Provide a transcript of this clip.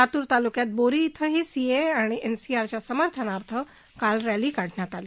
लातूर तालुक्यात बोरी इथंही सी ए ए आणि एन आर सी च्या समर्थनार्थ काल रॅली काढण्यात आली